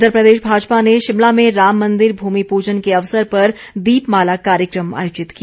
इधर प्रदेश भाजपा ने शिमला में राम मंदिर भूमि प्रजन के अवसर पर दीप माला कार्यक्रम आयोजित किया